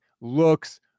looks